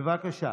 בבקשה.